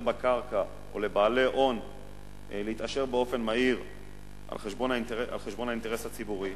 בקרקע או לבעלי הון להתעשר באופן מהיר על חשבון האינטרס הציבורי,